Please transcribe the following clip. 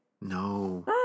No